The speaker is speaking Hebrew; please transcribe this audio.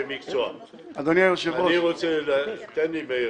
שנייה מאיר.